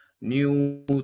new